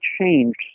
changed